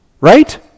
right